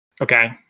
Okay